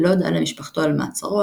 ללא הודעה למשפחתו על מעצרו,